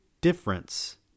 difference